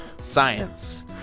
science